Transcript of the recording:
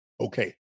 Okay